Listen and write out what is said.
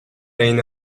عین